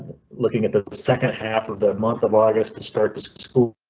looking at the second half of the month of august to start this school.